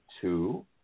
two